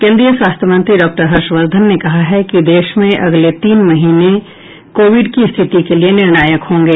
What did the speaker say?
केंद्रीय स्वास्थ्य मंत्री डॉक्टर हर्षवर्धन ने कहा है कि देश में अगले तीन महीने कोविड की स्थिति के लिए निर्णायक होंगे